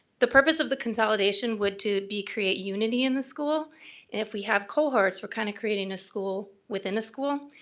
the purpose of the consolidation would to be create unity in the school, and if we have cohorts, we're kinda creating a school within a school,